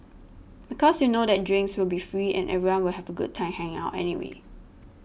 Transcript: because you know that drinks will be free and everyone will have a good time hanging out anyway